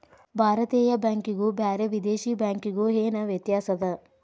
ಭಾರತೇಯ ಬ್ಯಾಂಕಿಗು ಬ್ಯಾರೆ ವಿದೇಶಿ ಬ್ಯಾಂಕಿಗು ಏನ ವ್ಯತ್ಯಾಸದ?